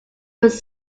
was